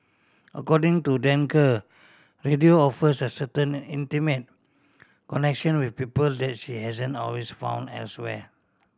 according to Danker radio offers a certain intimate connection with people that she hasn't always found elsewhere